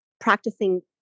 practicing